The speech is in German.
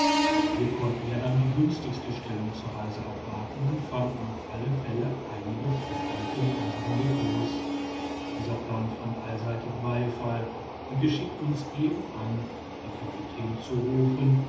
wir konnten ja dann die günstigste stellung zur reise abwarten und fanden auf alle fälle einige vorräte in den depots dieser plan fand allseitigen beifall und wir schickten uns eben an den kapitän zu rufen